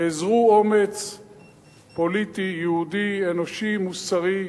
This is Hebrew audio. תאזרו אומץ פוליטי, יהודי, אנושי, מוסרי.